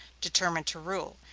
determined to rule,